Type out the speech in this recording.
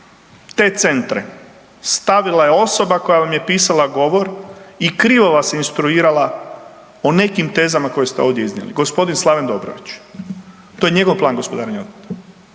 te centre stavila je osoba koja vam je pisala govor i krivo vas instruirala o nekim tezama koje ste ovdje iznijeli, g. Slaven Dobrović, to je njegov plan gospodarenja otpadom.